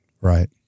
Right